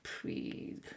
please